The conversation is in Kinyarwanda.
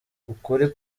ukuri